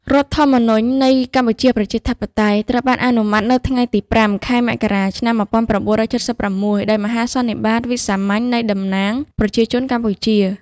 រដ្ឋធម្មនុញ្ញនៃកម្ពុជាប្រជាធិបតេយ្យ ត្រូវបានអនុម័តនៅថ្ងៃទី ៥ ខែមករា ឆ្នាំ ១៩៧៦ ដោយមហាសន្និបាតវិសាមញ្ញនៃតំណាងប្រជាជនកម្ពុជា។